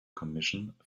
commission